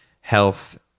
health